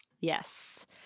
Yes